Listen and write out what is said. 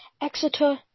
Exeter